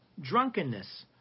drunkenness